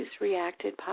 reacted